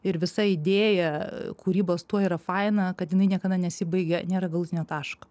ir visa idėja kūrybos tuo yra faina kad jinai niekada nesibaigia nėra galutinio taško